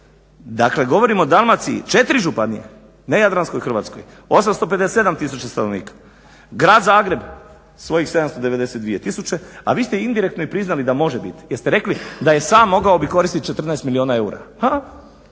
dakle govorim o Dalmaciji četiri županije, ne jadranskoj Hrvatskoj 857000 stanovnika, Grad Zagreb svojih 792000, a vi ste indirektno i priznali da može biti jer ste rekli da je sam mogao bi koristit 14 milijuna eura.